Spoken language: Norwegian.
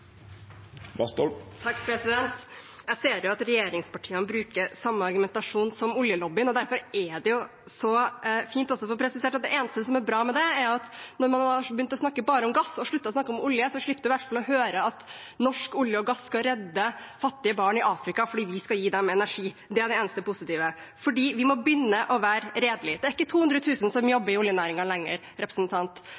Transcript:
Jeg ser jo at regjeringspartiene bruker samme argumentasjon som oljelobbyen. Derfor er det så fint å få presisert at det eneste som er bra med det, er at når man har begynt å snakke bare om gass og sluttet å snakke om olje, slipper man i hvert fall å høre at norsk olje og gass skal redde fattige barn i Afrika fordi vi skal gi dem energi. Det er det eneste positive. Vi må begynne å være redelige. Det er ikke lenger 200 000 som